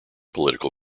political